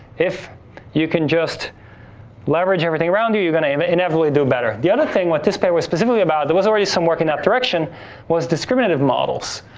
if you can just leverage everything around you. you're gonna inevitably do better. the other thing what this paper was specifically about, there was already some work in that direction was discriminative models.